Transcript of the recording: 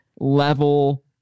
level